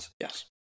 Yes